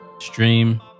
stream